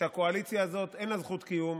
שלקואליציה הזאת אין זכות קיום.